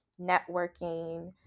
networking